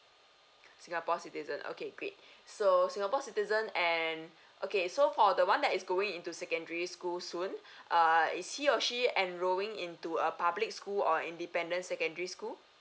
singapore citizen okay great so singapore citizen and okay so for the one that is going into secondary school soon err is he or she and enrolling into a public school or independent secondary school